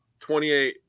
28